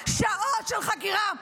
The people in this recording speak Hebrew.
חקירה, שעות של חקירה.